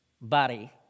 body